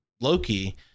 Loki